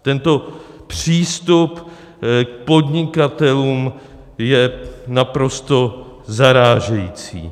Tento přístup k podnikatelům je naprosto zarážející.